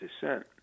descent